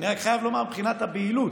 אני רק חייב לומר שמבחינת הבהילות,